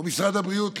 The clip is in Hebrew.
או משרד הבריאות,